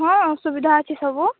ହଁ ସୁବିଧା ଅଛି ସବୁ